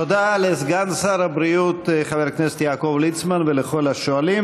תודה לסגן שר הבריאות חבר הכנסת יעקב ליצמן ולכל השואלים.